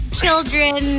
children